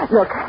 Look